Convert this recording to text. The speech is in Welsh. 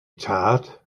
tad